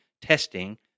testing